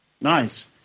Nice